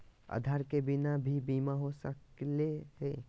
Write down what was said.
आधार के बिना भी बीमा हो सकले है?